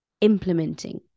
implementing